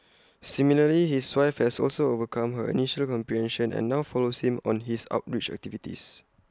similarly his wife has also overcome her initial apprehension and now follows him on his outreach activities